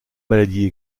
maladies